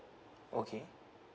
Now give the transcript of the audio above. okay